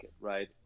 right